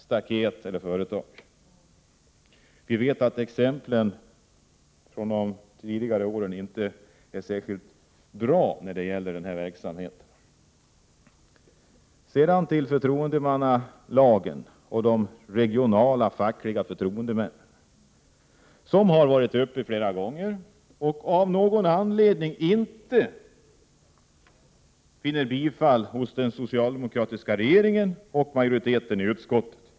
De exempel på sådan verksamhet som vi under tidigare år sett är avskräckande. Sedan till förtroendemannalagen och de regionala fackliga förtroendemännen. Den frågan har varit uppe flera gånger och vinner av någon anledning inte gehör hos den socialdemokratiska regeringen och majoriteten i utskottet.